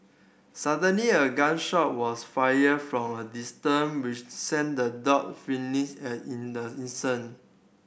suddenly a gun shot was fired from a distance which sent the dog fleeing in the instant